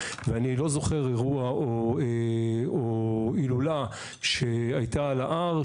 ואני לא זוכר אירוע או הילולה שהייתה על ההר,